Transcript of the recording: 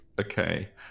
Okay